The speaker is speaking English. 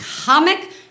comic